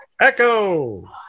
Echo